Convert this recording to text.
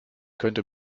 könnte